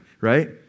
right